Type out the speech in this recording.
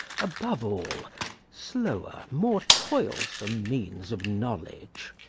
above all slower, more toilsome means of knowledge,